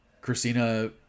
Christina